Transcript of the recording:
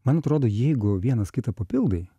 man atrodo jeigu vienas kitą papildai